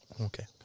Okay